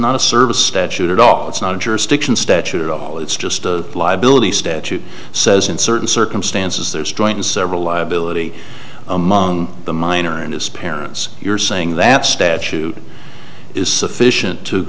not a service statute at all it's not a jurisdiction statute at all it's just a liability statute says in certain circumstances there's joint and several liability among the minor and his parents you're saying that statute is sufficient to